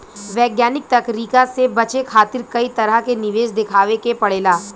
वैज्ञानिक तरीका से बचे खातिर कई तरह के निवेश देखावे के पड़ेला